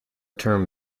term